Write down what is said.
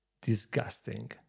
disgusting